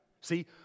See